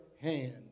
hand